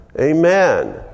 Amen